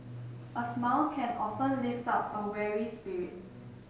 a smile can often lift up a weary spirit